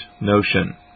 notion